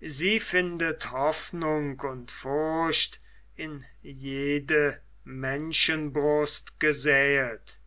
sie findet hoffnung und furcht in jede menschenbrust gesäet